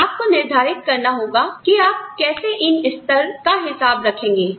आपको निर्धारित करना होगा कि आप कैसे इन स्तर का हिसाब रखेंगे